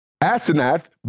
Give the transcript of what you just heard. Asenath